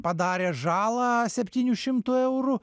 padarė žalą septynių šimtų eurų